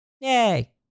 yay